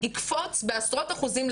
יקפוץ בעשרות אחוזים,